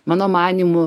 mano manymu